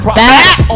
back